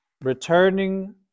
returning